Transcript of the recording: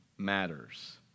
matters